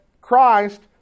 Christ